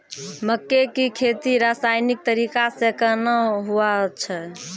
मक्के की खेती रसायनिक तरीका से कहना हुआ छ?